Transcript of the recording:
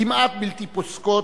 כמעט בלתי פוסקות,